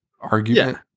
argument